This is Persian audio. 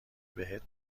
بهت